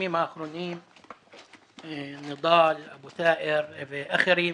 בימים האחרונים נידאל, אבו טאהר ואחרים,